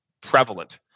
prevalent